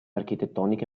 architettoniche